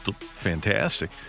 fantastic